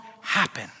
happen